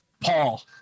Paul